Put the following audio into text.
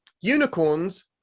unicorns